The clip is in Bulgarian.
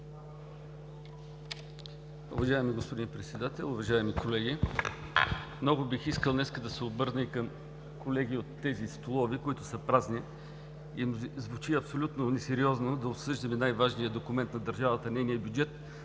Уважаеми господин Председател, уважаеми колеги! Много бих искал днес да се обърна и към колегите от тези столове, които са празни. Звучи абсолютно несериозно да обсъждаме най-важния документ на държавата – нейния бюджет,